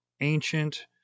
ancient